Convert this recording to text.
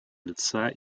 лица